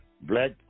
Black